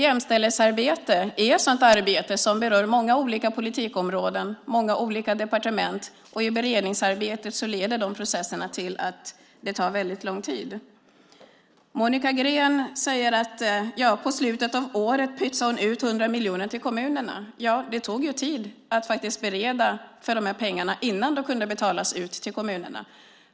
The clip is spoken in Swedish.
Jämställdhetsarbete är ett arbete som berör många olika politikområden och många olika departement. I beredningsarbetet leder de processerna till att det tar lång tid. Monica Green säger att jag vid slutet av året pytsade ut 100 miljoner till kommunerna. Ja, det tog tid att bereda innan pengarna kunde betalas ut till kommunerna.